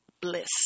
bliss